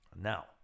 Now